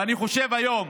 ואני חושב, היום